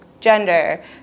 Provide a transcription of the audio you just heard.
gender